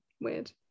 weird